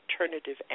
alternative